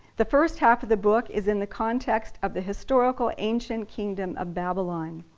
the first half of the book is in the context of the historical ancient kingdom of babylon.